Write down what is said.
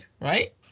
right